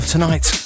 tonight